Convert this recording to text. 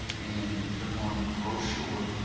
and click on brochure